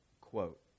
quote